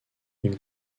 ils